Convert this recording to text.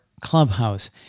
Clubhouse